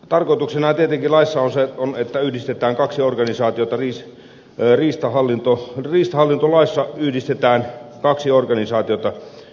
tarkoituksena tietenkin laissa on että yhdistetään kaksi organisaatiota viisi erillistä hallinto riistahallintolaissa yhdistetään kaksi organisaatiota